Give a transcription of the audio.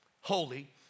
Holy